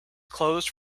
closed